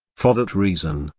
for that reason,